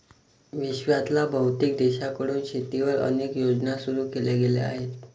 विश्वातल्या बहुतेक देशांकडून शेतीवर अनेक योजना सुरू केल्या गेल्या आहेत